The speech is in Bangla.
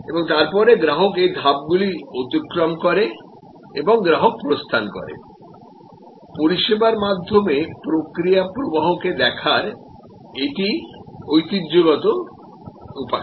এবং তারপরে গ্রাহক এই ধাপগুলি অতিক্রম করে এবং গ্রাহক প্রস্থান করে পরিষেবার মাধ্যমে প্রক্রিয়া প্রবাহকে দেখার এটি ঐতিহ্যগত উপায়